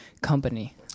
company